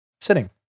Sitting